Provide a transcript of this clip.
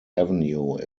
avenue